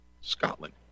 Scotland